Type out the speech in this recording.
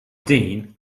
deane